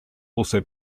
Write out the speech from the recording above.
also